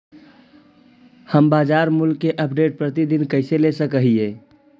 हम बाजार मूल्य के अपडेट, प्रतिदिन कैसे ले सक हिय?